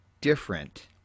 different